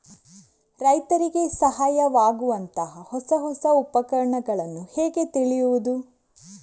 ರೈತರಿಗೆ ಸಹಾಯವಾಗುವಂತಹ ಹೊಸ ಹೊಸ ಉಪಕರಣಗಳನ್ನು ಹೇಗೆ ತಿಳಿಯುವುದು?